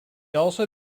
also